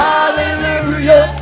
Hallelujah